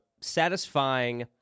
satisfying